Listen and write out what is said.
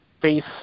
face